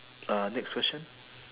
uh next question